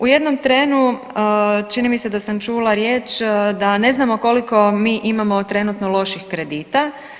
U jednom trenu čini mi se da sam čula riječ, da ne znamo koliko mi imamo trenutno loših kredita.